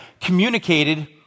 Communicated